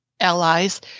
allies